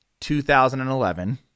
2011